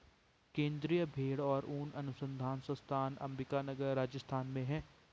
केन्द्रीय भेंड़ और ऊन अनुसंधान संस्थान अम्बिका नगर, राजस्थान में है